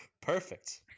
Perfect